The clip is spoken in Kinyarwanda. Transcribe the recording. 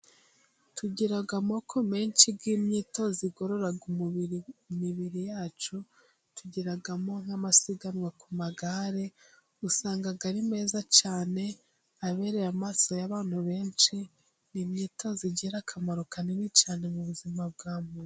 Tugira amoko menshi nk'imyitozo igororaga imibiri yacu, tugiramo nk'amasiganwa ku magare, usanga ari meza cyane abereye amaso y'abantu benshi, ni imyitozo igira akamaro kanini cyane mu buzima bwa muntu.